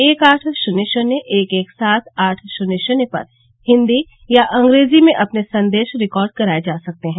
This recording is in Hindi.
एक आठ शून्य शून्य एक एक सात आठ शून्य शून्य पर हिंदी या अंग्रेजी में अपने संदेश रिकार्ड कराए जा सकते हैं